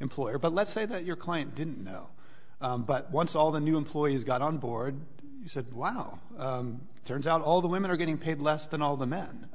employer but let's say that your client didn't know but once all the new employees got on board you said wow turns out all the women are getting paid less than all the men